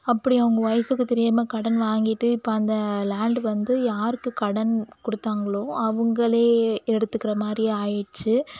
அப்படி அவங்க ஒய்ஃப்புக்கு தெரியாமல் கடன் வாங்கிட்டு இப்போ அந்த லேண்ட் வந்து யாருக்கு கடன் கொடுத்தாங்ளோ அவங்களே எடுத்துக்கிற மாதிரி ஆயிடுச்சி